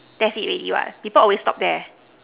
that's it already what people always stop there